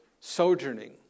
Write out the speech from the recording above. sojourning